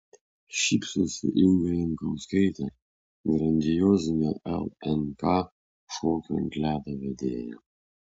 šypsosi inga jankauskaitė grandiozinio lnk šokių ant ledo vedėja